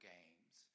Games